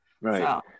Right